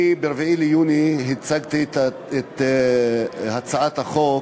ב-4 ביוני הצגתי את הצעת החוק.